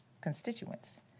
constituents